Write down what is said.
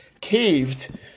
caved